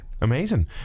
Amazing